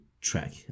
track